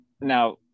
Now